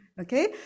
okay